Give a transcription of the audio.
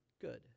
good